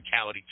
physicality